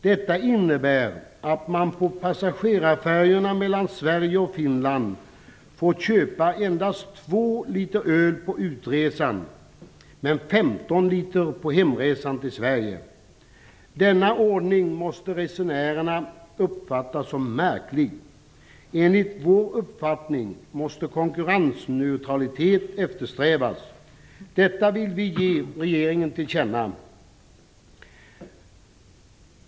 Detta innebär att man på passagerarfärjorna mellan Sverige och Finland får köpa endast 2 liter öl på utresan men 15 liter på hemresan till Sverige. Denna ordning måste resenärerna uppfatta som märklig. Enligt vår uppfattning måste konkurrensneutralitet eftersträvas. Detta vill vi ge regeringen till känna.